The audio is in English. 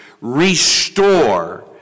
restore